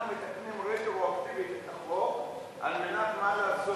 אנחנו מתקנים רטרואקטיבית את החוק על מנת מה לעשות?